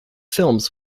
films